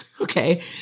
Okay